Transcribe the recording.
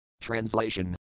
Translation